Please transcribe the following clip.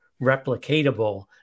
replicatable